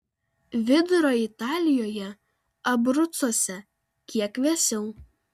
vidurio italijoje abrucuose kiek vėsiau